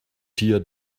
tear